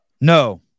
no